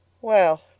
Well